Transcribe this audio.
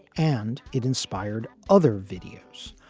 and it inspired other videos.